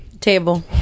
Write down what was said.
Table